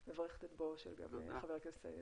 ואני גם מברכת את בואו של חבר הכנסת אלחרומי.